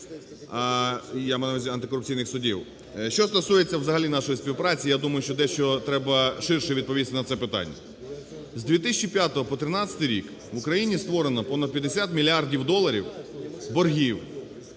увазі – антикорупційних судів. Що стосується взагалі нашої співпраці, я думаю, що дещо треба ширше відповісти на це питання. З 2005-го по 2013 рік в Україні створено понад 50 мільярдів доларів боргів,